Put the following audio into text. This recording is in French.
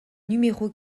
numéros